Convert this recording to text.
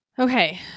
Okay